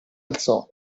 alzò